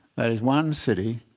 there is one city